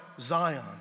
Zion